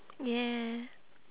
yeah